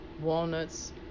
walnuts